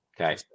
Okay